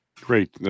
Great